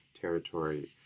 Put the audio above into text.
territory